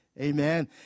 Amen